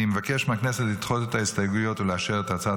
אני מבקש מהכנסת לדחות את ההסתייגויות ולאשר את הצעת